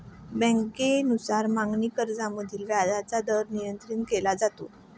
बँकांनुसार मागणी कर्जामधील व्याजाचा दर नियंत्रित केला जातो